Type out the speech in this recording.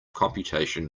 computation